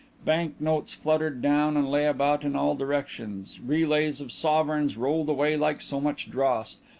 bank-notes fluttered down and lay about in all directions, relays of sovereigns rolled away like so much dross,